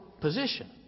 position